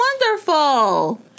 wonderful